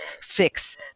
fix